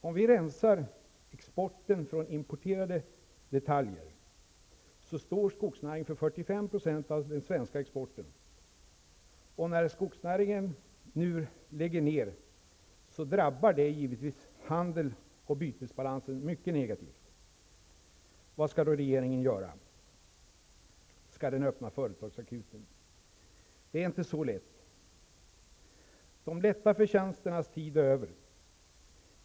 Om vi rensar exporten från importerade delar, står skogsnäringen för 45 % av den svenska exporten, och när skogsnäringen nu lägger ner, drabbar det naturligtvis handels och bytesbalanserna mycket negativt. Vad skall då regeringen göra? Skall den öppna företagsakuten? Det är inte så lätt. De lätta förtjänsternas tid är över.